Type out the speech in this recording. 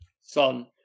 Son